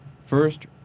first